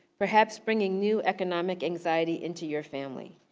perhaps bringing new economic anxiety into your family.